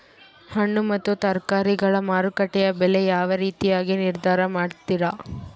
ಹಣ್ಣು ಮತ್ತು ತರಕಾರಿಗಳ ಮಾರುಕಟ್ಟೆಯ ಬೆಲೆ ಯಾವ ರೇತಿಯಾಗಿ ನಿರ್ಧಾರ ಮಾಡ್ತಿರಾ?